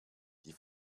die